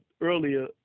earlier